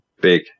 big